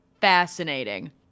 fascinating